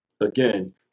again